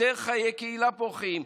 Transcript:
יותר חיי קהילה פורחים,